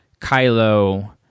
Kylo